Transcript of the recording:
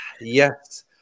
Yes